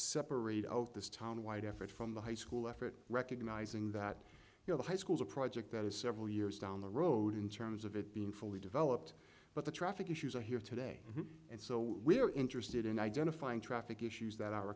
separate out this town wide effort from the high school effort recognizing that you know the high schools a project that is several years down the road in terms of it being fully developed but the traffic issues are here today and so we're interested in identifying traffic issues that are